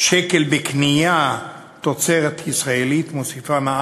שקל בקניית תוצרת ישראלית מוסיפה יותר